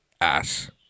ass